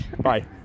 Bye